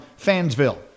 Fansville